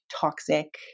toxic